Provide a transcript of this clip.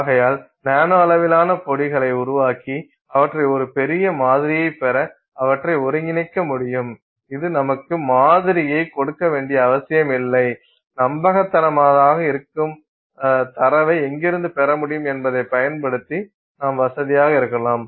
ஆகையால் நானோ அளவிலான பொடிகளை உருவாக்கி அவற்றை ஒரு பெரிய மாதிரியாகப் பெற அவற்றை ஒருங்கிணைக்க முடியும் இது நமக்கு மாதிரியைக் கொடுக்க வேண்டிய அவசியமில்லை நம்பகமானதாக இருக்கும் தரவை எங்கிருந்து பெற முடியும் என்பதைப் பயன்படுத்தி நாம் வசதியாக இருக்கலாம்